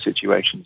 situations